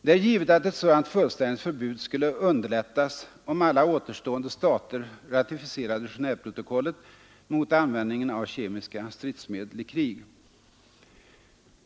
Det är givet att ett sådant fullständigt förbud skulle underlättas, om alla återstående stater ratificerade Genéveprotokollet mot användningen av kemiska stridsmedel i krig.